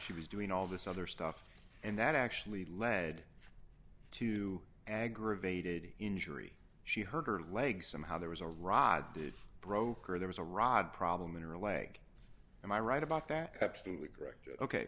she was doing all this other stuff and that actually led to aggravated injury she hurt her leg somehow there was a rod did broke or there was a rod problem in her leg and i write about that absolutely correct ok